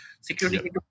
security